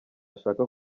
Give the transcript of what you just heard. ashaka